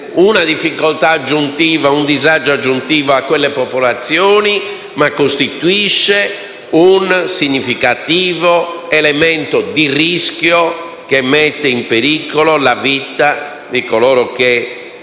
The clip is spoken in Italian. di quelle terre e un disagio aggiuntivo per quelle popolazioni, ma costituisce un significativo elemento di rischio, che mette in pericolo la vita di coloro che operano